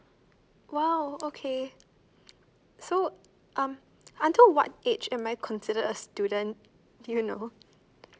!wow! okay so um until what age am I considered a student do you know